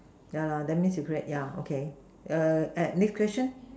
ya lah that means you create ya okay next question